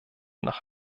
nach